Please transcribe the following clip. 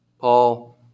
Paul